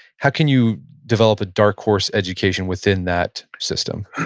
how can you develop a dark horse education within that system?